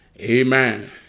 amen